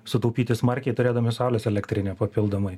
sutaupyti smarkiai turėdami saulės elektrinę papildomai